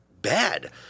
Bad